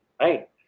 right